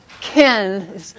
Ken